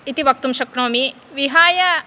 इति वक्तुं शक्नोमि विहाय